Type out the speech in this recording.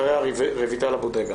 אחריה רויטל אבו דגה.